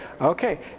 okay